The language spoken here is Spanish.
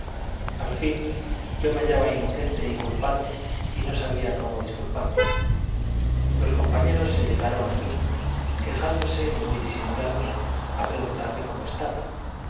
al fin yo me hallaba inocente y culpado y no sabía cómo disculparme los compañeros se llegaron a mí quejándose y muy disimulados a preguntarme cómo estaba